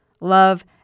Love